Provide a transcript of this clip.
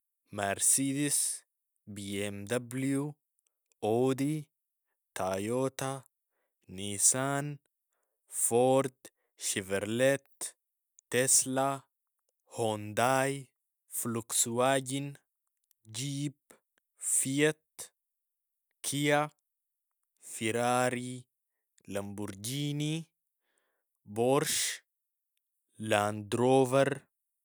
مارسيدس، BMW، اودي، تايوتا نيسان، فورد، شفرليت، تسلا، هونداي، فلوكسواجن، جيب، فيات، كيا، فراري، لمبرجيني، بورش، لاند روفر.